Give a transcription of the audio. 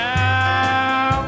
now